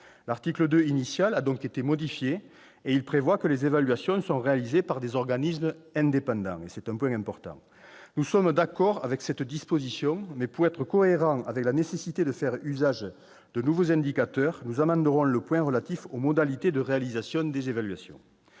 -c'est un point important -que « les évaluations sont réalisées par des organismes indépendants ». Nous sommes d'accord avec cette disposition, mais, par cohérence avec la nécessité de faire usage de nouveaux indicateurs, nous amenderons le point relatif aux modalités de réalisation des évaluations.